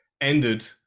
ended